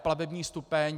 Plavební stupeň...